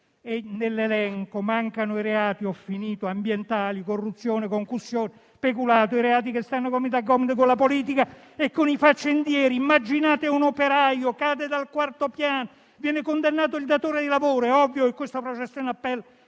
Nell'elenco mancano i reati ambientali, la corruzione, la concussione, il peculato, i reati che stanno gomito a gomito con la politica e con i faccendieri. Immaginate un operaio che cade dal quarto piano; viene condannato il datore di lavoro: è ovvio che questo processo in appello